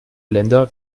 länder